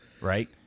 Right